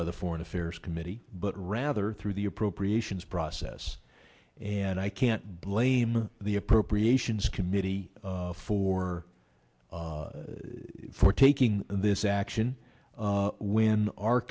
by the foreign affairs committee but rather through the appropriations process and i can't blame the appropriations committee for for taking this action when our